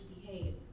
behave